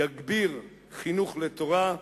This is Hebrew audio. יגביר חינוך לתורה,